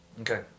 Okay